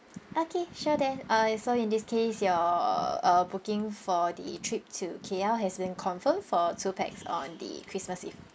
okay sure then uh so in this case your uh booking for the trip to K_L has been confirmed for two pax on the christmas eve